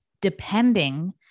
depending